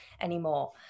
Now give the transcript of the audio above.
anymore